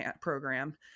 program